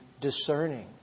discerning